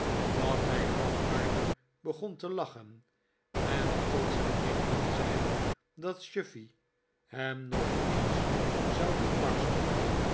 dat hij nog harder begon te lachen en tot zijn nichten zei dat chuffey hem nog eens zou doen barsten